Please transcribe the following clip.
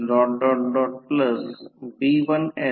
तर त्या प्रकरणात E200 कोन 0 20 कोन 36